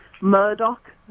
Murdoch